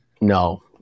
No